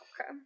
Okay